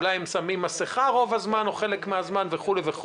אולי הם שמים מסכה ברוב הזמן או בחלק מהזמן וכולי.